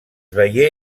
veié